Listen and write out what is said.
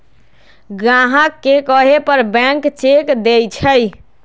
ग्राहक के कहे पर बैंक चेक देई छई